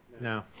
No